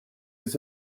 its